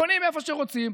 בונים איפה שרוצים.